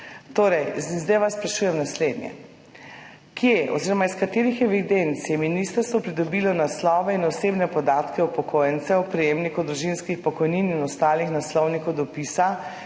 volje. Zdaj vas sprašujem naslednje: Kje oziroma iz katerih evidenc je ministrstvo pridobilo naslove in osebne podatke upokojencev, prejemnikov družinskih pokojnin, in ostalih naslovnikov dopisa,